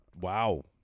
wow